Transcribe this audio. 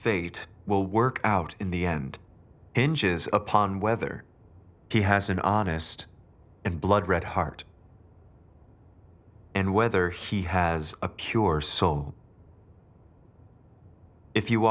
fate will work out in the end inches upon whether he has an honest and blood red heart and whether he has a pure soul if you